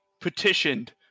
petitioned